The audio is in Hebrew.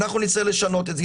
אנחנו נצטרך לשנות את זה,